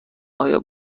آیا